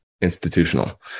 Institutional